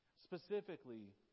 Specifically